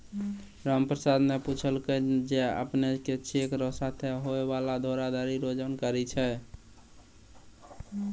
रामप्रसाद न पूछलकै जे अपने के चेक र साथे होय वाला धोखाधरी रो जानकारी छै?